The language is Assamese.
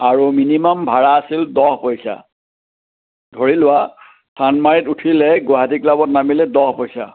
আৰু মিনিমাম ভাড়া আছিল দহ পইচা ধৰি লোৱা চান্দমাৰীত উঠিলে গুৱাহাটী ক্লাৱত নামিলে দহ পইচা